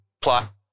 plot